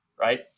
Right